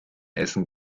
essen